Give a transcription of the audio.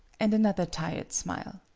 and another tired smile.